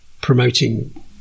promoting